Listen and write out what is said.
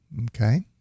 Okay